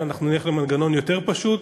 אנחנו נלך למנגנון יותר פשוט,